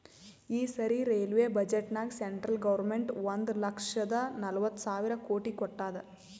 ಈ ಸರಿ ರೈಲ್ವೆ ಬಜೆಟ್ನಾಗ್ ಸೆಂಟ್ರಲ್ ಗೌರ್ಮೆಂಟ್ ಒಂದ್ ಲಕ್ಷದ ನಲ್ವತ್ ಸಾವಿರ ಕೋಟಿ ಕೊಟ್ಟಾದ್